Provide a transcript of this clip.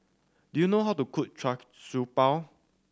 do you know how to cook char siew bao